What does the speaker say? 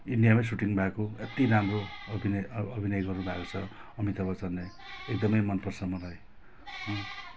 इन्डियामै shooting भएको यत्ति राम्रो अभिनय अब अभिनय गर्नुभएको छ अमिताभ बच्चनले एकदमै मनपर्छ मलाई